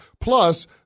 Plus